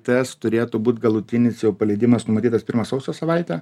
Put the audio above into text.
tas turėtų būt galutinis jau paleidimas numatytas pirmą sausio savaitę